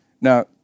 Now